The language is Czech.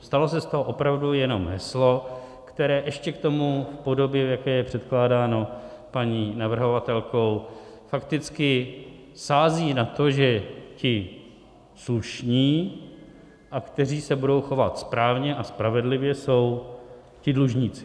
Stalo se z toho opravdu jenom heslo, které ještě k tomu v podobě, v jaké je předkládáno paní navrhovatelkou, fakticky sází na to, že ti slušní a kteří se budou chovat správně a spravedlivě, jsou ti dlužníci.